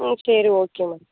ம் சரி okay ma'am